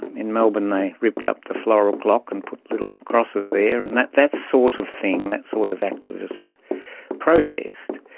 in melbourne they ripped up the floral clock and put little crosses there. and that that sort of thing, that sort of activist protest,